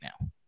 now